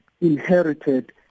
inherited